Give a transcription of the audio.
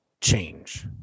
change